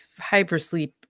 hypersleep